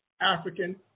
African